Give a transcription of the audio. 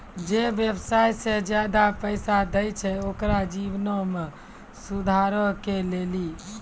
जे व्यवसाय के ज्यादा पैसा दै छै ओकरो जीवनो मे सुधारो के लेली